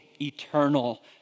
eternal